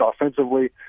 offensively